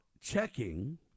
checking